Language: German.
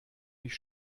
mich